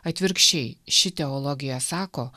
atvirkščiai ši teologija sako